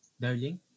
Darling